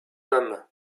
hommes